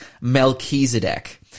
Melchizedek